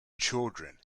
children